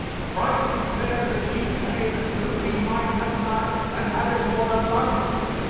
christ declared that he came that we might have life and have it more abundantly.